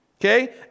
okay